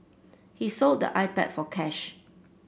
he sold the iPad for cash